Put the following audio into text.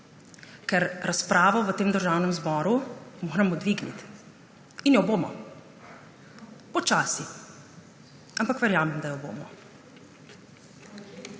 Ker razpravo v Državnem zboru moramo dvigniti in jo bomo. Počasi, ampak verjamem, da jo bomo.